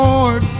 Lord